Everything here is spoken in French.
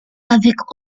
avec